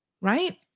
right